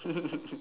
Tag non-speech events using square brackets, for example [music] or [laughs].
[laughs]